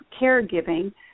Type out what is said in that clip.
caregiving